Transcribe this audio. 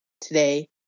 Today